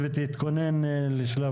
לשוכר.